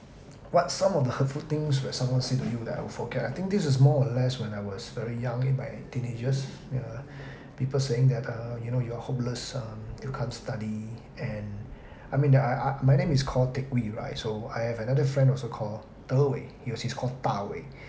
what some of the hurtful things where someone say to you that I will forget I think this is more or less when I was very young in my in my teenagers yeah people saying that uh people saying that uh you know you are hopeless you can't study and I mean that I I my name is called teck wee right so I have another friend also call de wei yes he's called da wei